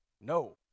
No